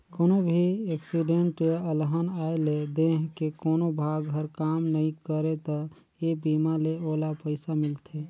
कोनो भी एक्सीडेंट य अलहन आये ले देंह के कोनो भाग हर काम नइ करे त ए बीमा ले ओला पइसा मिलथे